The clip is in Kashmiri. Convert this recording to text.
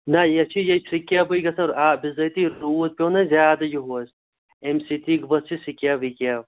نہَ یہِ چھِ یہِ سِکیبٕے گَژھان آ بِظٲتی روٗد پٮ۪و نا زیادٕ یِہُس اَمہِ سۭتی ؤژھ یہِ سِکیپ وکیپ